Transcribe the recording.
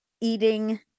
eating